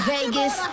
Vegas